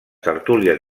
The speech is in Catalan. tertúlies